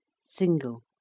single